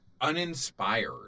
uninspired